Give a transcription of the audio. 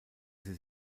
sie